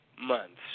Months